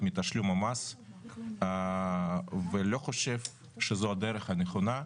מתשלום מס ואני לא חושב שזו הדרך הנכונה.